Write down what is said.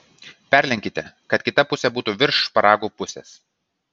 perlenkite kad kita pusė būtų virš šparagų pusės